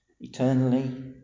eternally